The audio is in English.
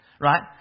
right